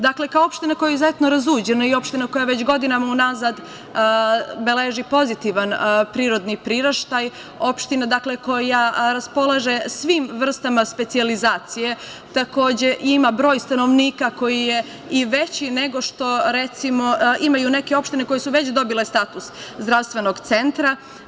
Dakle kao opština koja je izuzetno razuđena i opština koja već godinama u nazad beleži pozitivan prirodni priraštaj, opština koja raspolaže svim vrstama specijalizacije takođe ima broj stanovnika koji je i veći nego što, recimo, imaju neke opštine koje su već dobile status zdravstvenog centra.